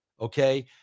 Okay